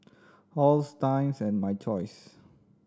Halls Times and My Choice